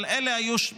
אבל אלה היו,